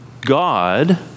God